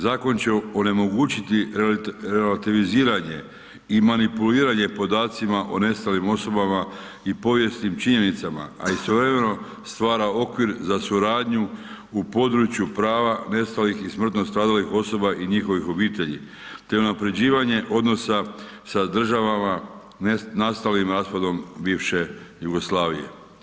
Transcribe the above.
Zakon će onemogućiti relativiziranje i manipuliranje podacima o nestalim osobama i povijesnim činjenicama a istovremeno stvara okvir za suradnju u području prava nestalih i smrtno stradalih osoba i njihovih obitelji te unaprjeđivanje odnosa sa državama nastalim raspadom bivše Jugoslavije.